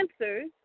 answers